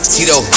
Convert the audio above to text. Tito